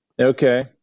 Okay